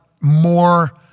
more